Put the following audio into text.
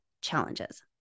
challenges